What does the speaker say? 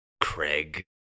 Craig